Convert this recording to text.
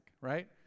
right